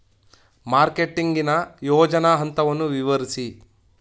Marketing ನ ಯೋಜನಾ ಹಂತವನ್ನು ವಿವರಿಸಿ?